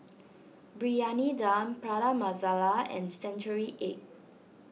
Briyani Dum Prata Masala and Century Egg